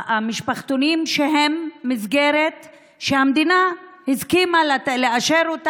המשפחתונים הם מסגרת שהמדינה הסכימה לאשר,